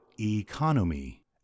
economy